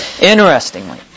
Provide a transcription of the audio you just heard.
Interestingly